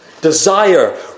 desire